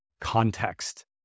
context